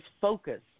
focus